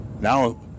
Now